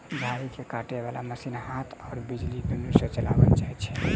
झाड़ी के काटय बाला मशीन हाथ आ बिजली दुनू सँ चलाओल जाइत छै